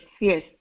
yes